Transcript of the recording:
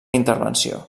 intervenció